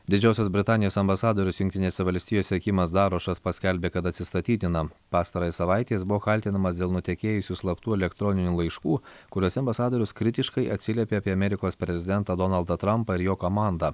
didžiosios britanijos ambasadorius jungtinėse valstijose kimas darošas paskelbė kad atsistatydina pastarąją savaitę jis buvo kaltinamas dėl nutekėjusių slaptų elektroninių laiškų kuriuose ambasadorius kritiškai atsiliepė apie amerikos prezidentą donaldą trampą ir jo kamandą